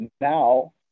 now